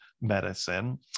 medicine